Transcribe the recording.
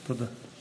תודה.